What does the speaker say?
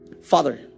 Father